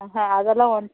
ம்ஹு அதெல்லாம் வந்து